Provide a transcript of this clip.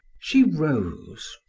she rose.